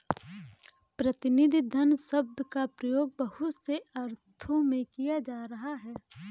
प्रतिनिधि धन शब्द का प्रयोग बहुत से अर्थों में किया जाता रहा है